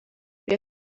prie